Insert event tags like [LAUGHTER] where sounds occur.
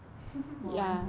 [LAUGHS] 我忘记了